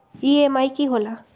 EMI की होला?